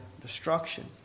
destruction